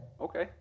Okay